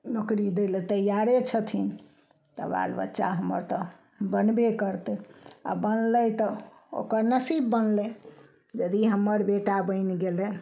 नौकरी दै लए तैयारे छथिन तऽ बाल बच्चा हमर तऽ बनबे करतइ आओर बनलै तऽ ओकर नसीब बनलै यदि हमर बेटा बनि गेलय